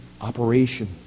operation